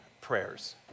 prayers